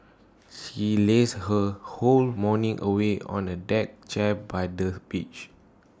she lazed her whole morning away on A deck chair by the beach